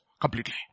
completely